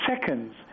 seconds